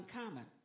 uncommon